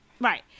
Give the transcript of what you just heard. right